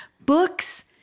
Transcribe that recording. Books